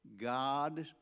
God